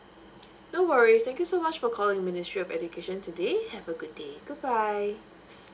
no worries thank you so much for calling ministry of education today have a good day bye bye